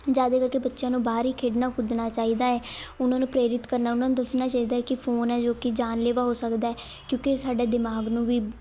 ਜ਼ਿਆਦਾ ਕਰਕੇ ਬੱਚਿਆਂ ਨੂੰ ਬਾਹਰ ਹੀ ਖੇਡਣਾ ਕੁੱਦਣਾ ਚਾਹੀਦਾ ਹੈ ਉਹਨਾਂ ਨੂੰ ਪ੍ਰੇਰਿਤ ਕਰਨਾ ਉਹਨਾਂ ਨੂੰ ਦੱਸਣਾ ਚਾਹੀਦਾ ਹੈ ਕਿ ਫ਼ੋਨ ਹੈ ਜੋ ਕਿ ਜਾਨਲੇਵਾ ਹੋ ਸਕਦਾ ਕਿਉਂਕਿ ਸਾਡੇ ਦਿਮਾਗ਼ ਨੂੰ ਵੀ